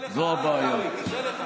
זו הבעיה.